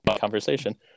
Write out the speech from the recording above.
conversation